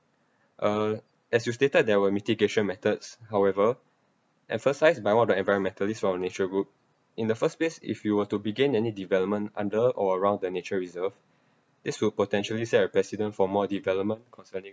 uh as you stated there were mitigation methods however emphasized by one of the environmentalist of our nature group in the first place if you were to begin any development under or around the nature reserve this will potentially set a precedent for more development concerning